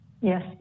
Yes